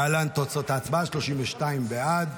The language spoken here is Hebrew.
להלן תוצאות ההצבעה: 32 בעד,